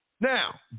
Now